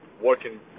working